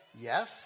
yes